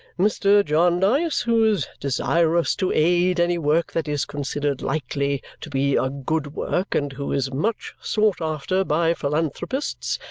mr. jarndyce, who is desirous to aid any work that is considered likely to be a good work and who is much sought after by philanthropists,